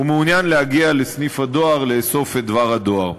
הוא מעוניין להגיע לסניף הדואר לאסוף את דבר הדואר.